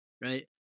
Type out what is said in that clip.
right